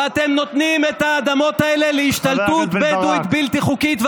ואתם נותנים את האדמות האלה להשתלטות בדואית בלתי חוקית,